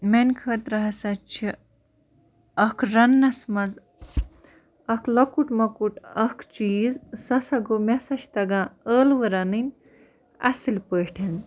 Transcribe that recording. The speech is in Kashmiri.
میٛانہِ خٲطرٕ ہسا چھِ اَکھ رَننَس منٛز اَکھ لۄکُٹ مۄکُٹ اَکھ چیٖز سُہ ہسا گوٚو مےٚ ہسا چھِ تگان ٲلوٕ رَنٕنۍ اصٕل پٲٹھۍ